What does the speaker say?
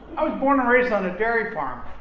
i was born and raised on a dairy farm.